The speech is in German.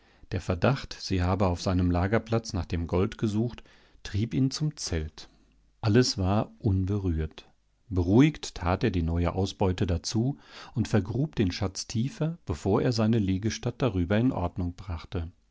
der verdacht sie habe auf seinem lagerplatz nach dem gold gesucht trieb ihn zum zelt alles war unberührt beruhigt tat er die neue ausbeute dazu und vergrub den schatz tiefer bevor er seine liegestatt darüber in ordnung brachte